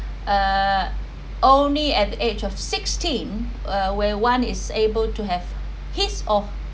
uh only at the age of sixteen uh where one is able to have his or